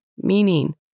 meaning